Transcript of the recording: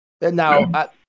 Now